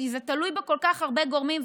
זה תלוי בכל כך הרבה גורמים,